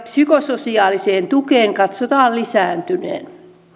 psykososiaaliseen tukeen katsotaan lisääntyneen